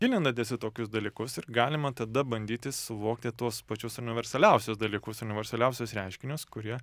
gilinadis į tokius dalykus ir galima tada bandyti suvokti tuos pačius universaliausius dalykus universaliausius reiškinius kurie